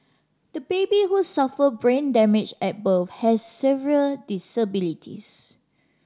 the baby who suffered brain damage at birth has severe disabilities